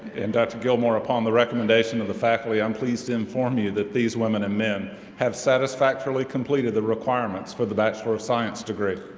and dr. gilmour upon the recommendation of the faculty i'm pleased to inform you that these women and men have satisfactorily completed the requirements for the bachelor of science degree.